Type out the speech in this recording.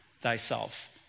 thyself